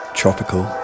tropical